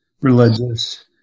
religious